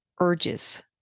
urges